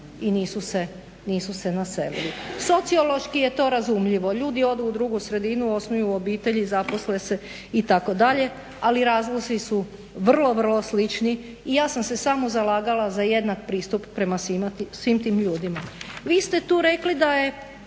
i nisu se naselili. Sociološki je to razumljivo, ljudi odu u drugu sredinu, osnuju obitelji, zaposle se itd. ali razlozi su vrlo, vrlo slični i ja sam se samo zalagala za jednak pristup prema svim tim ljudima. Vi ste tu rekli da su